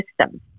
system